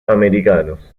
americanos